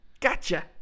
Gotcha